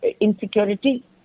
insecurity